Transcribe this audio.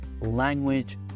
language